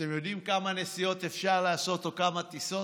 אתם יודעים כמה נסיעות אפשר לעשות, או כמה טיסות?